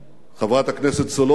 חברת הכנסת סולודקין,